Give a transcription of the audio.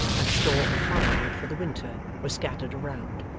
and store of fire-wood for the winter, were scattered around,